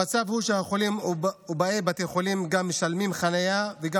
המצב הוא שהחולים ובאי בתי החולים גם משלמים חניה וגם